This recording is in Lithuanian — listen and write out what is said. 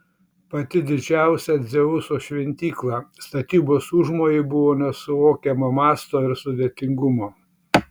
pati didžiausia dzeuso šventykla statybos užmojai buvo nesuvokiamo masto ir sudėtingumo